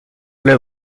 clubs